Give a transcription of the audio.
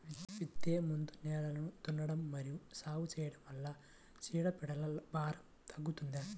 విత్తే ముందు నేలను దున్నడం మరియు సాగు చేయడం వల్ల చీడపీడల భారం తగ్గుతుందా?